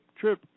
trip